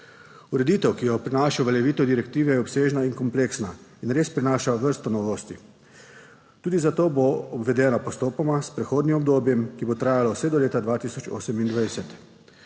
Ureditev, ki jo prinaša uveljavitev direktive, je obsežna in kompleksna in res prinaša vrsto novosti. Tudi zato bo uvedena postopoma, s prehodnim obdobjem, ki bo trajalo vse do leta 2028.